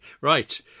Right